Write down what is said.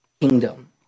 kingdom